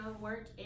work